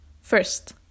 First